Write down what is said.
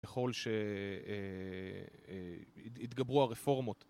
ככל שהתגברו הרפורמות.